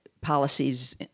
policies